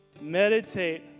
Meditate